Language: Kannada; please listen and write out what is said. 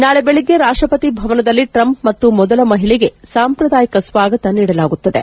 ನಾಳೆ ಬೆಳಗ್ಗೆ ರಾಷ್ಟಪತಿ ಭವನದಲ್ಲಿ ಟ್ರಂಪ್ ಮತ್ತು ಮೊದಲ ಮಹಿಳೆಗೆ ಸಾಂಪ್ರದಾಯಿಕ ಸ್ವಾಗತ ನೀಡಲಾಗುತ್ತದೆ